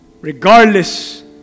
regardless